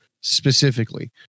specifically